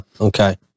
Okay